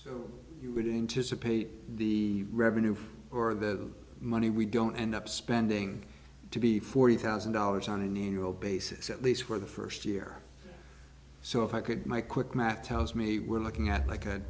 you would intice a paper the revenue or the money we don't end up spending to be forty thousand dollars annual basis at least for the first year so if i could my quick math tells me we're looking at like a